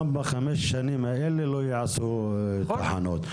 גם בחמש השנים האלה לא יעשו תחנות.